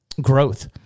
growth